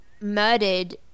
murdered